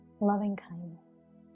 loving-kindness